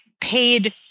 paid